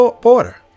border